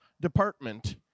department